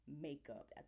makeup